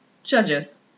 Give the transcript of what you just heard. Judges